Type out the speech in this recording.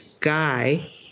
guy